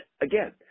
again